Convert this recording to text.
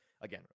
again